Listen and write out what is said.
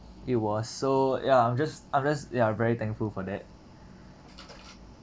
it was so ya I'm just I'm just ya very thankful for that